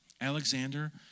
Alexander